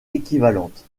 équivalente